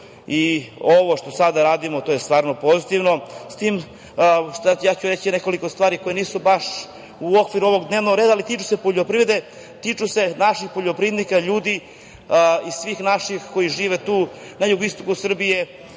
i ovo što sada radimo to je stvarno pozitivno. S tim, ja ću reći nekoliko stvari koje nisu baš u okviru ovog dnevnog reda, ali tiču se poljoprivrede, tiču se naših poljoprivrednika, ljudi i svih naših koji žive tu na jugoistoku Srbije